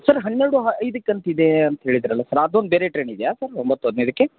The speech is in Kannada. ಸರ್ ಹನ್ನೆರಡು ಐದಕ್ಕೆ ಅಂತಿದೆ ಅಂತ ಹೇಳಿದ್ರಲ್ವ ಸರ್ ಅದೊಂದು ಬೇರೆ ಟ್ರೇನ್ ಇದೆಯಾ ಸರ್ ಒಂಬತ್ತು ಹದಿನೈದಕ್ಕೆ